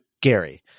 Gary